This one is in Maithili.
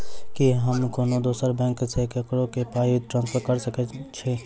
की हम कोनो दोसर बैंक सँ ककरो केँ पाई ट्रांसफर कर सकइत छि?